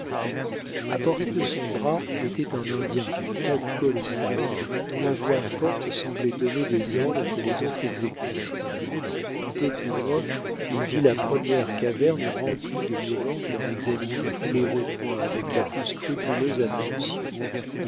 à portée de son bras était un indien d'une taille colossale dont la voix forte semblait donner des ordres que les autres exécutaient un peu plus loin il vit la première caverne remplie de hurons qui en examinaient tous les recoins avec la plus scrupuleuse attention